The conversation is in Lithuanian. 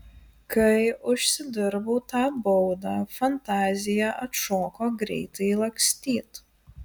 kai užsidirbau tą baudą fantazija atšoko greitai lakstyt